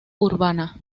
urbana